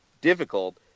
difficult